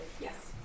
Yes